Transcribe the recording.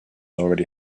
already